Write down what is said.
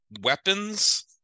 weapons